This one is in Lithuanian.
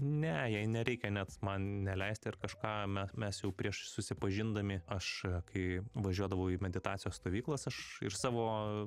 ne jai nereikia net man neleisti ar kažką me mes jau prieš susipažindami aš kai važiuodavau į meditacijos stovyklas aš ir savo